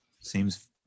Seems